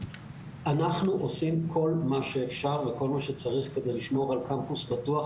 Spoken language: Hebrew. אנחנו עושים כל מה שאפשר וכל מה שצריך כדי לשמור על קמפוס בטוח,